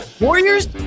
Warriors